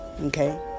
Okay